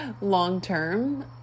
long-term